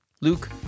Luke